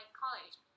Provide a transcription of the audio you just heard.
college